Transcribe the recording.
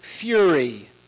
fury